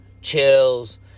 chills